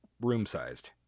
room-sized